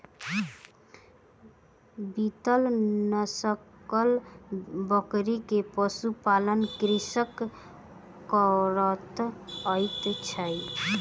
बीतल नस्लक बकरी के पशु पालन कृषक करैत अछि